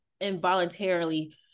involuntarily